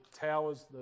Towers